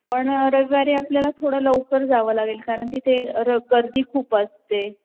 पण रविवारी आपल्याला थोडं लवकर जावं लागेल कारण तिथे र गर्दी खूप असते